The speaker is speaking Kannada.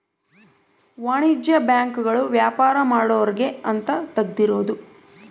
ವಾಣಿಜ್ಯ ಬ್ಯಾಂಕ್ ಗಳು ವ್ಯಾಪಾರ ಮಾಡೊರ್ಗೆ ಅಂತ ತೆಗ್ದಿರೋದು